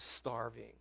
starving